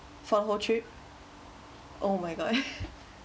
for whole trip oh my god